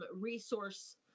resource